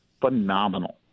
phenomenal